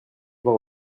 voir